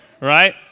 right